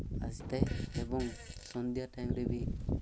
ଆସିଥାଏ ଏବଂ ସନ୍ଧ୍ୟା ଟାଇମ୍ରେ ବି